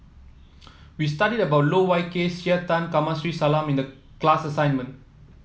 we studied about Loh Wai Kiew Jean Tay Kamsari Salam in the class assignment